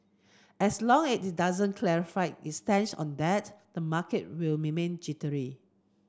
as long as it doesn't clarify its stance on that the market will remain jittery